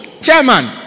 chairman